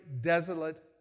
desolate